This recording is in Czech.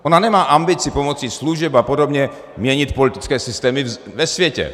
Ona nemá ambici pomocí služeb a podobně měnit politické systémy ve světě.